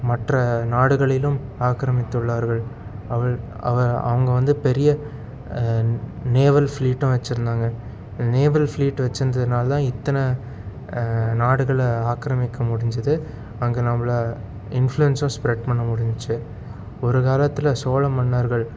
மற்ற நாடுகளிலும் ஆக்கிரமித்துள்ளார்கள் அவள் அவ அவங்க வந்து பெரிய நேவல் ஃப்ளீட்டும் வச்சிருந்தாங்க நேவல் ஃப்ளீட் வச்சிருந்ததுனால இத்தனை நாடுகளை ஆக்கிரமிக்க முடிஞ்சது அங்கே நம்மள இன்ஃப்ளூயன்ஸும் ஸ்ப்ரெட் பண்ண முடிஞ்ச்சு ஒரு காலத்தில் சோழ மன்னர்கள்